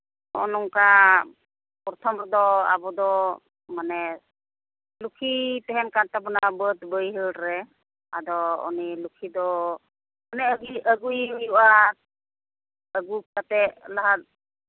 ᱱᱚᱜᱼᱚ ᱱᱚᱝᱠᱟ ᱯᱨᱚᱛᱷᱚᱢ ᱨᱮᱫᱚ ᱟᱵᱚᱫᱚ ᱢᱟᱱᱮ ᱞᱚᱠᱠᱷᱤᱭ ᱛᱟᱦᱮᱱ ᱠᱟᱱ ᱛᱟᱵᱚᱱᱟ ᱵᱟᱹᱫᱽ ᱵᱟᱹᱭᱦᱟᱹᱲᱨᱮ ᱟᱫᱚ ᱩᱱᱤ ᱞᱚᱠᱠᱷᱤ ᱫᱚ ᱚᱱᱮ ᱟᱨᱠᱤ ᱟᱹᱜᱩᱭᱮ ᱦᱩᱭᱩᱜᱼᱟ ᱟᱹᱜᱩ ᱠᱟᱛᱮᱫ ᱞᱟᱦᱟ